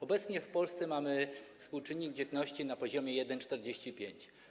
Obecnie w Polsce mamy współczynnik dzietności na poziomie 1,45.